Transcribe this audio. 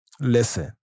Listen